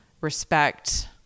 respect